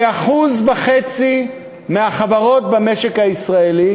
כ-1.5% מהחברות במשק הישראלי